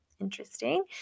Interesting